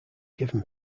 given